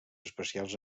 especials